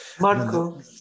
Marco